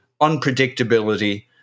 unpredictability